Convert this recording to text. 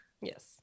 yes